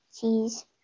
cheese